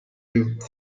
build